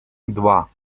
два